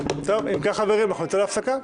מכריז על הפסקה.